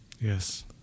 Yes